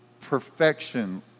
perfection